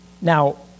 Now